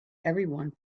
everyone